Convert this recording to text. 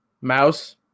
Mouse